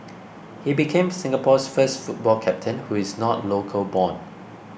he became Singapore's first football captain who is not local born